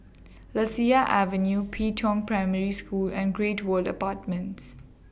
Lasia Avenue Pi Tong Primary School and Great World Apartments